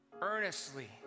earnestly